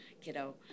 kiddo